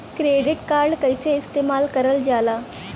Credit card कईसे इस्तेमाल करल जाला?